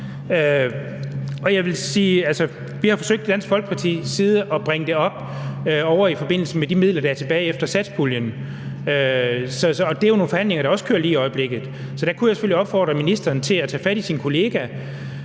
Vi har fra Dansk Folkepartis side forsøgt at bringe det op i forbindelse med de midler, der er tilbage efter satspuljen, og det er jo nogle forhandlinger, der også kører lige i øjeblikket. Så jeg kunne selvfølgelig opfordre ministeren til at tage fat i sin kollega,